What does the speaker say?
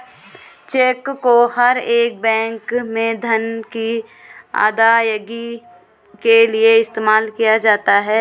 check को हर एक बैंक में धन की अदायगी के लिये इस्तेमाल किया जाता है